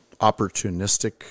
opportunistic